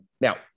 Now